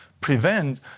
prevent